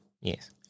Yes